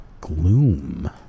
Gloom